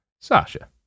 Sasha